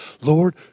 Lord